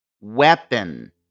weapon